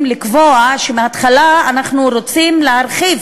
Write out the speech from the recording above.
לקבוע שמההתחלה אנחנו רוצים להרחיב,